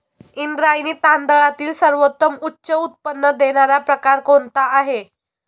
इंद्रायणी तांदळातील सर्वोत्तम उच्च उत्पन्न देणारा प्रकार कोणता आहे?